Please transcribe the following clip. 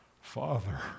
Father